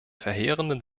verheerenden